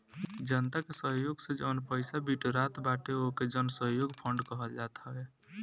जनता के सहयोग से जवन पईसा बिटोरात बाटे ओके जनसहयोग फंड कहल जात हवे